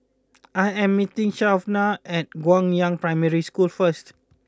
I am meeting Shawnna at Guangyang Primary School first